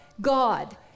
God